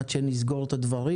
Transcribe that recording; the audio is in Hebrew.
עד שנסגור את הדברים